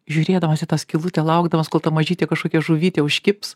žiūrėdamas į tą skylutę laukdamas kol ta mažytė kažkokia žuvytė užkibs